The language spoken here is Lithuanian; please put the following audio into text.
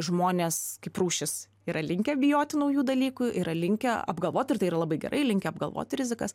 žmonės kaip rūšis yra linkę bijoti naujų dalykų yra linkę apgalvot ir tai yra labai gerai linkę apgalvot rizikas